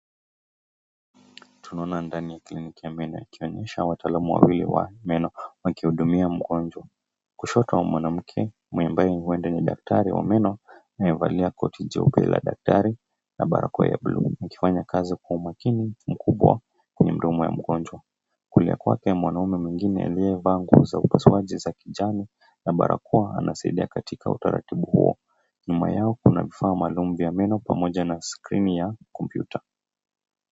Tunaona ndani ya kliniki ya meno ikionyesha wataalamu wawili wa meno wakihudumia mgonjwa. Kushoto wa mwanamke, huenda ni daktari wa meno, amevaa koti jeupe la daktari na barakoa ya bluu, akifanya kazi kwa umakini mkubwa kwenye mdomo wa mgonjwa. Kulia kwake mwanaume mwingine aliyevaa nguo za upasuaji za kijani na barakoa anasaidia katika utaratibu huo. Nyuma yao kuna vifaa maalum vya meno pamoja na skrini ya kompyuta.